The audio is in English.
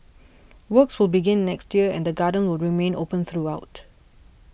works will begin next year and the garden will remain open throughout